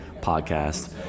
Podcast